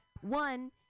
One